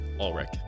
Ulrich